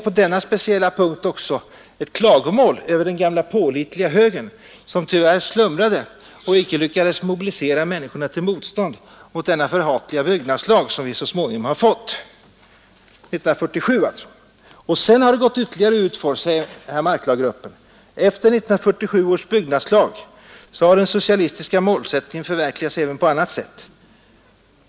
På denna speciella punkt är det också ett klagomål över den gamla pålitliga högern, som tyvärr slumrade och inte lyckades mobilisera människorna till motstånd mot denna förhatliga byggnadslag som vi har fått. Sedan har det gått ytterligare utför, och i pressmeddelandet heter det: ”Efter 1947 års byggnadslag, konstaterar marklaggruppen, har den socialistiska målsättningen förverkligats även på annat sätt.